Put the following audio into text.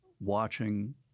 watching